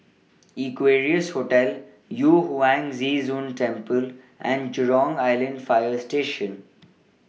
Equarius Hotel Yu Huang Zhi Zun Temple and Jurong Island Fire Station